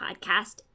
podcast